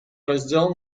раздел